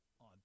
on